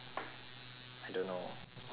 I don't know or how about you ask